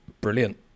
brilliant